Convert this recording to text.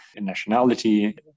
nationality